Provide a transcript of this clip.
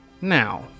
Now